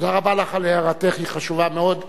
תודה רבה לך על הערתך, היא חשובה מאוד.